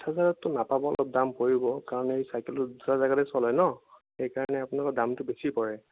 সাত হাজাৰতটো নাপাব ন' দাম পৰিব কাৰণ এই চাইকেলটো দুটা জাগাতে চলে ন' সেইকাৰণে আপোনাৰ দামটো বেছি পৰে